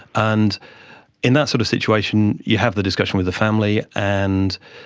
and in that sort of situation you have the discussion with the family and